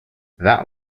that